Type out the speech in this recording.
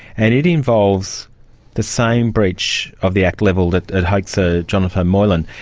and it involves the same breach of the act levelled at at hoaxer jonathan moylan.